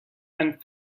and